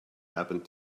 happened